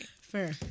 Fair